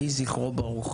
יהי זכרו ברוך.